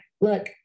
look